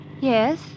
Yes